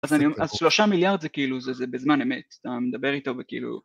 אז שלושה מיליארד זה כאילו, זה בזמן אמת, אתה מדבר איתו וכאילו